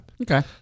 Okay